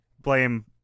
blame